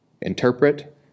interpret